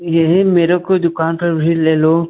यहीं मेरे को दुकान पर भी ले लो